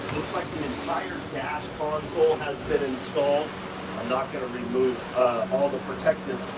like the entire dash console has been installed. i'm not gonna remove all the protective